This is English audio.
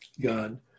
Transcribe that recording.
God